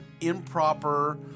improper